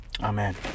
Amen